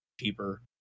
cheaper